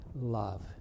love